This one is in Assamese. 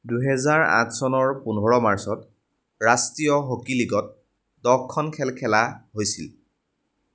দুহেজাৰ আঠ চনৰ পোন্ধৰ মাৰ্চত ৰাষ্ট্ৰীয় হকী লীগত দহ খন খেল খেলা হৈছিল